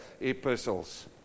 epistles